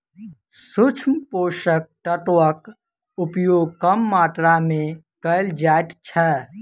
सूक्ष्म पोषक तत्वक उपयोग कम मात्रा मे कयल जाइत छै